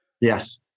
Yes